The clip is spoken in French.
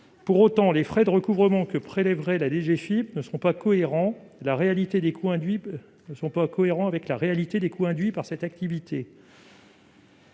Pour autant, les frais de recouvrement prélevés par la DGFiP ne seraient pas cohérents avec la réalité des coûts induits par cette activité.